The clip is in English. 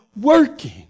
working